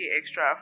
extra